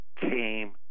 came